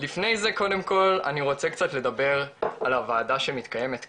לפני זה קודם כל אני רוצה קצת לדבר על הוועדה שמתקיימת כאן,